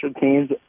teams